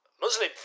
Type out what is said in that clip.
Muslim